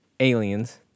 Aliens